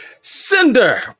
Cinder